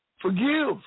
Forgive